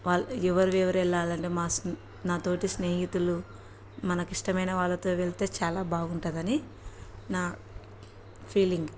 వాళ్ళ ఎవరు ఎవరేళ్ళాలంటే మా స్ నాతోటి స్నేహితులు మనకి ఇష్టమైన వాళ్ళతో వెళ్తే చాలా బాగుంటుందని నా ఫీలింగ్